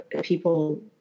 people